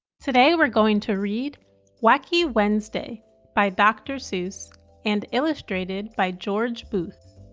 today we're going to read wacky wednesday by dr. seuss and illustrated by george booth.